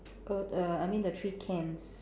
err err I mean the three cans